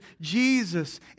Jesus